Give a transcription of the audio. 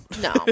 No